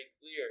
clear